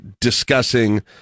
discussing